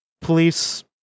police